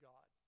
God